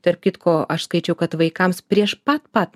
tarp kitko aš skaičiau kad vaikams prieš pat pat